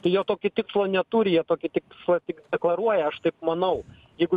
jo tokį tikslo neturi jie tokį tikslą tik deklaruoja aš taip manau jeigu